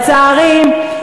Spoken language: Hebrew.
לצערי,